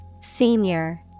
senior